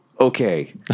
Okay